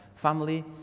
family